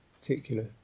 particular